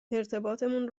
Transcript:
ارتباطمون